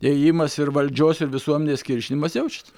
ėjimas ir valdžios ir visuomenės kiršinimas jaučias